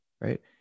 Right